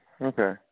Okay